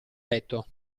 letto